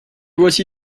voici